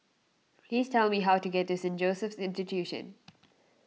please tell me how to get to Saint Joseph's Institution